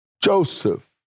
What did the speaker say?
Joseph